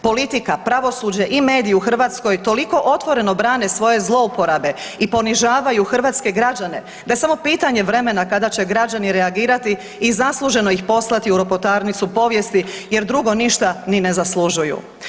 Politika, pravosuđe i mediji u Hrvatskoj toliko otvoreno brane svoje zlouporabe i ponižavaju hrvatske građane da je samo pitanje vremena kada će građani reagirati i zasluženo ih poslati u ropotarnicu povijesti jer drugo ništa ni ne zaslužuju.